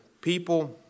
people